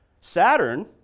Saturn